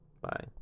Bye